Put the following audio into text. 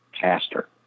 pastor